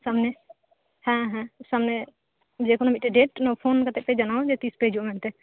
ᱥᱟᱢᱱᱮ ᱦᱮᱸ ᱦᱮᱸ ᱥᱟᱢᱱᱮ ᱡᱮ ᱠᱳᱱᱳ ᱢᱤᱴᱟᱝ ᱰᱮᱴ ᱯᱷᱳᱱ ᱠᱟᱛᱮ ᱯᱮ ᱡᱟᱱᱟᱣᱟ ᱛᱤᱥ ᱯᱮ ᱡᱤᱦᱩᱜᱼᱟ ᱢᱮᱱᱛᱮ